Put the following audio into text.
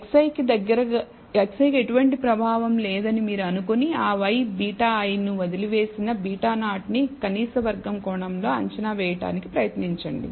Xi కి ఎటువంటి ప్రభావం లేదని మీరు అనుకొని ఆ y βi ను వదిలివేసి β0 నీ కనీస వర్గం కోణంలో అంచనా వేయటానికి ప్రయత్నించండి